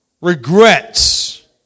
Regrets